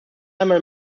einmal